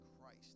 Christ